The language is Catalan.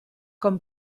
com